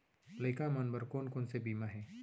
लइका मन बर कोन कोन से बीमा हे?